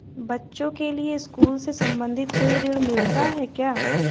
बच्चों के लिए स्कूल से संबंधित कोई ऋण मिलता है क्या?